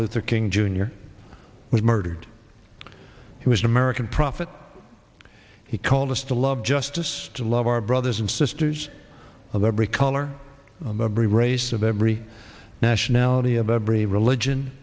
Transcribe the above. luther king jr was murdered he was an american prophet he called us to love justice to love our brothers and sisters of every color bre race of every nationality of every religion